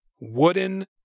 Wooden